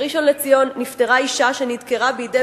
בראשון-לציון נפטרה אשה שנדקרה בידי